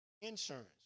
Insurance